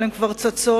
אבל הן כבר צצות: